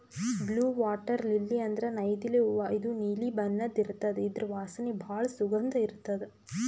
blue water lily ಅಂದ್ರ ನೈದಿಲೆ ಹೂವಾ ಇದು ನೀಲಿ ಬಣ್ಣದ್ ಇರ್ತದ್ ಇದ್ರ್ ವಾಸನಿ ಭಾಳ್ ಸುಗಂಧ್ ಇರ್ತದ್